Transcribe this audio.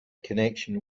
connection